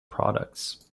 products